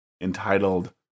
entitled